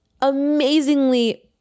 amazingly